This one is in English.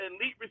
elite